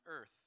earth